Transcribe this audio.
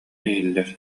иһиллэр